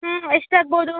ಹ್ಞೂ ಎಷ್ಟು ಆಗ್ಬೌದು